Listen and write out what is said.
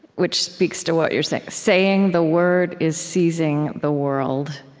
which speaks to what you're saying saying the word is seizing the world.